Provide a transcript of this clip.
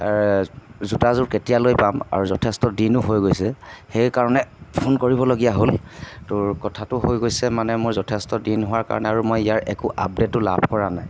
জোতাযোৰ কেতিয়ালৈ পাম আৰু যথেষ্ট দিনো হৈ গৈছে সেইকাৰণে ফোন কৰিবলগীয়া হ'ল ত' কথাটো হৈ গৈছে মানে মোৰ যথেষ্ট দিন হোৱাৰ কাৰণে আৰু মই ইয়াৰ একো আপডেটো লাভ কৰা নাই